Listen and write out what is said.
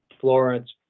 Florence